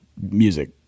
music